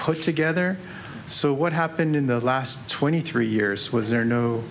put together so what happened in the last twenty three years was there no